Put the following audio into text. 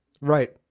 Right